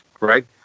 right